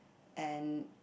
and